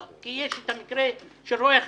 לא, כי יש את המקרה של רואי החשבון.